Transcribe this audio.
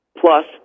plus